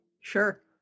Sure